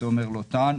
תומר לוטן.